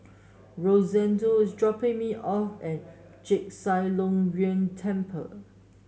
Rosendo is dropping me off at Chek Chai Long Chuen Temple